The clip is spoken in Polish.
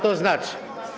To znaczy.